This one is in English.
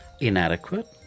Inadequate